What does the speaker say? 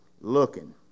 looking